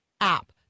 app